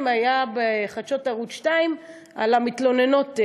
דובר בחדשות ערוץ 2 על המתלוננות,